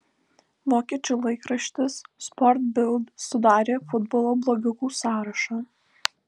vokiečių laikraštis sport bild sudarė futbolo blogiukų sąrašą